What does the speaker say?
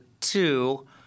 two